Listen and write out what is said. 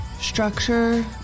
Structure